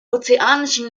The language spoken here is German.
ozeanischen